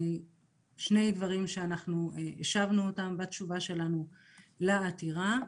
יש שני דברים שהשבנו בתשובה שלנו לעתירה.